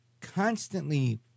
constantly